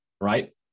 Right